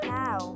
now